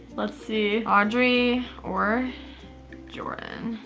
let's see. audrey or jordan?